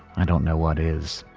i don't know what is.